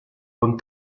con